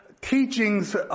teachings